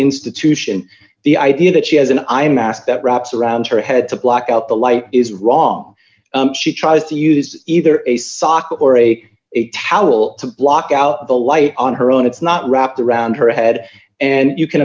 institution the idea that she has an iron mask that wraps around her head to block out the light is wrong she tries to use either a sock or a a towel to block out the light on her own it's not wrapped around her head and you can